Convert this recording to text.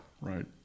Right